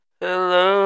Hello